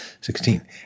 Sixteen